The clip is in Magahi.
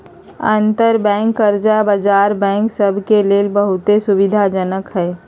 अंतरबैंक कर्जा बजार बैंक सभ के लेल बहुते सुविधाजनक हइ